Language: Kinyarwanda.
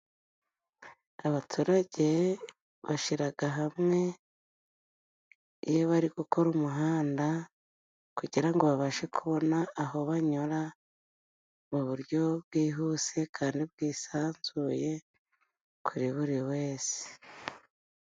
Abaturage bashyiraga hamwe iyo bari gukora umuhanda kugirango ngo babashe kubona aho banyura mu buryo bwihuse kandi bwisanzuye kuri buri wese.